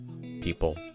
people